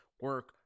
Work